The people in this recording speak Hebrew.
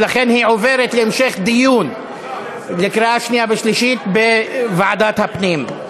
ולכן היא עוברת להמשך דיון ולהכנה לקריאה שנייה ושלישית בוועדת הפנים.